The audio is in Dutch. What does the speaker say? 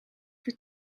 voor